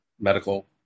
medical